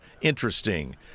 interesting